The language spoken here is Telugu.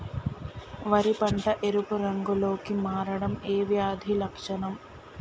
వరి పంట ఎరుపు రంగు లో కి మారడం ఏ వ్యాధి లక్షణం?